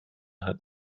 hat